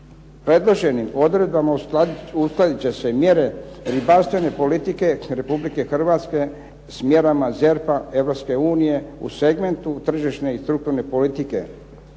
Predloženim odredbama uskladit će se mjere ribarstvene politike Republike Hrvatske s mjerama ZERP-a Europske unije u segmentu tržišne i strukturne politike,